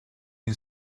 une